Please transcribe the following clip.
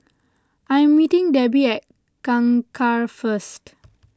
I am meeting Debi at Kangkar first